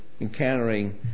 encountering